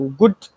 good